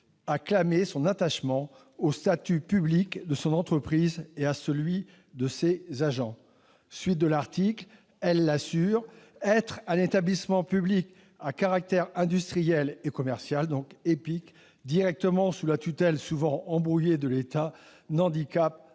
a clamé son attachement au statut public de son entreprise et à celui de ses agents. » La présidente de la RATP l'assure :« Être un établissement public à caractère industriel et commercial (EPIC), directement sous la tutelle souvent embrouillée de l'État, ne handicape